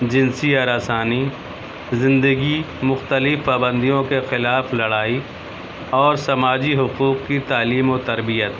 جنسی ہراسانی زندگی مختلف پابندیوں کے خلاف لڑائی اور سماجی حقوق کی تعلیم و تربیت